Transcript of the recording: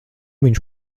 viņš